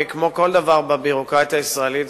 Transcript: כמו כל דבר בביורוקרטיה הישראלית,